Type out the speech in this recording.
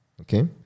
Okay